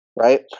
right